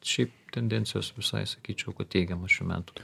šiaip tendencijos visai sakyčiau kad teigiamos šių metų